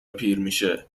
پیرمیشه